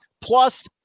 Plus